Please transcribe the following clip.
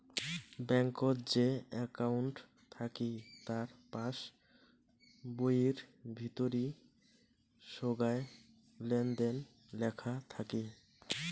ব্যাঙ্কত যে একউন্ট থাকি তার পাস বইয়ির ভিতরি সোগায় লেনদেন লেখা থাকি